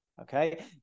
okay